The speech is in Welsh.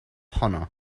honno